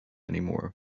anymore